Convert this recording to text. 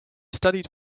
studied